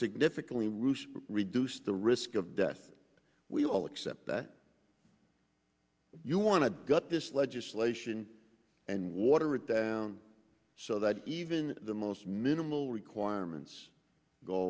significantly rouche reduce the risk of death we all accept that you want to gut this legislation and water it down so that even the most minimal requirements go